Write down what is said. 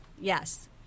Yes